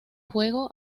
juego